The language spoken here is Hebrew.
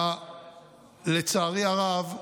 לצערי הרב,